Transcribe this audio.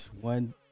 One